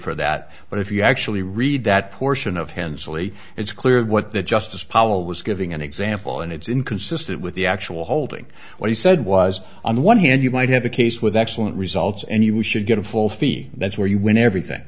for that but if you actually read that portion of hensley it's clear what the justice palm was giving an example and it's inconsistent with the actual holding what he said was on one hand you might have a case with excellent results and you should get a full fee that's where you win everything